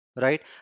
right